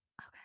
Okay